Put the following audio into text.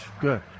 Good